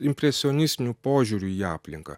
impresionistiniu požiūriu į aplinką